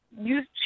use